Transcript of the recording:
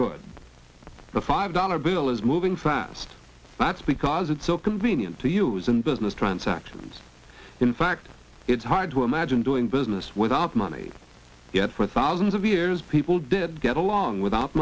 good five dollar bill is moving fast that's because it's so convenient to use and business transactions in fact it's hard to imagine doing business without money yet for thousands of years people did get along without